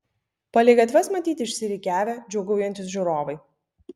palei gatves matyti išsirikiavę džiūgaujantys žiūrovai